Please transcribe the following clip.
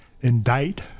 indict